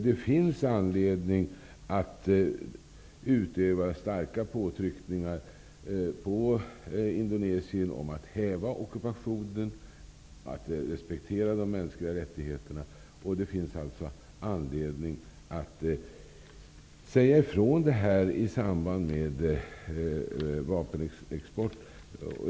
Det finns anledning att utöva starka påtryckningar på Indonesien om att häva ockupationen och respektera de mänskliga rättigheterna, och det finns anledning att säga ifrån i samband med vapenexport.